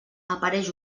apareix